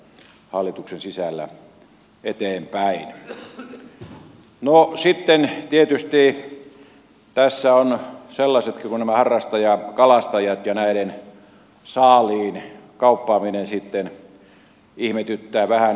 no sitten tietysti tässä on sellaisetkin kuin nämä harrastajakalastajat ja näiden saaliin kauppaaminen sitten